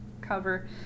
cover